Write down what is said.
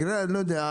תודה.